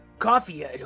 Coffee